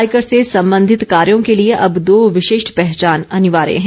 आयकर से संबंधित कार्यो के लिए अब दो विशिष्ट पहचान अनिवार्य हैं